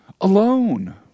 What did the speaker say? alone